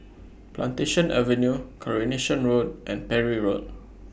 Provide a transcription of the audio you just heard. Plantation Avenue Coronation Road and Parry Road